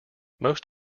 most